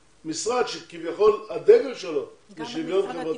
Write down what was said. משרד שכביכול הדגל שלו הוא שוויון חברתי.